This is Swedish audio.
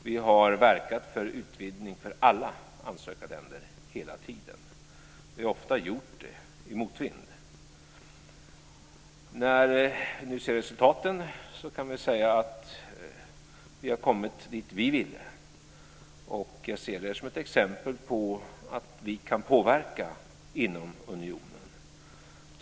Vi har hela tiden verkat för utvidgning för alla ansökarländer. Vi har ofta gjort det i motvind. När vi nu ser resultaten kan vi säga att vi har kommit dit vi ville. Jag ser det som ett exempel på att vi kan påverka inom unionen.